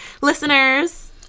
listeners